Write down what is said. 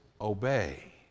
obey